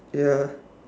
ya